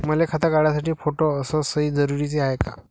मले खातं काढासाठी फोटो अस सयी जरुरीची हाय का?